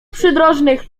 przydrożnych